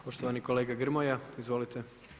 Poštovani kolega Grmoja, izvolite.